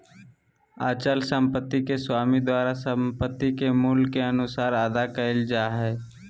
अचल संपत्ति के स्वामी द्वारा संपत्ति के मूल्य के अनुसार अदा कइल जा हइ